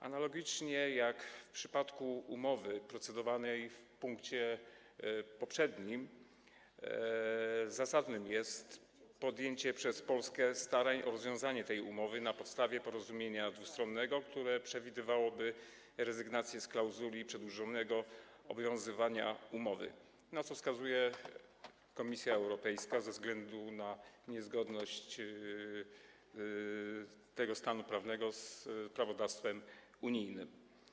Analogicznie jak w przypadku umowy będącej przedmiotem procedowania w punkcie poprzednim zasadnym jest podjęcie przez Polskę starań o rozwiązanie tej umowy na podstawie porozumienia dwustronnego, które przewidywałoby rezygnację z klauzuli przedłużonego obowiązywania umowy, na co wskazuje Komisja Europejska ze względu na niezgodność tego stanu prawnego z prawodawstwem unijnym.